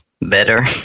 better